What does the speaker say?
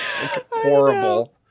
Horrible